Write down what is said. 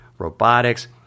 robotics